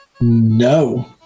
No